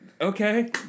okay